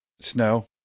snow